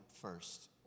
first